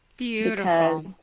Beautiful